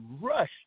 rush